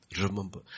remember